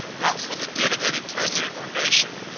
not for the good of any president or nation,